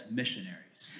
missionaries